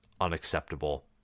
unacceptable